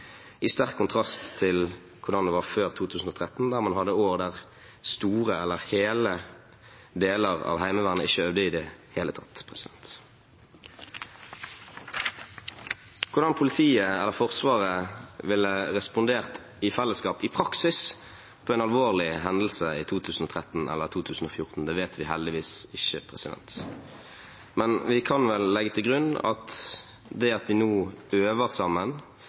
i sterk kontrast til hvordan det var før 2013, da man hadde år der store deler av eller hele Heimevernet ikke øvde i det hele tatt. Hvordan politiet eller Forsvaret ville respondert i fellesskap i praksis på en alvorlig hendelse i 2013 eller i 2014, vet vi heldigvis ikke, men vi kan vel legge til grunn at det at de nå øver sammen,